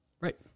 Right